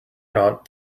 not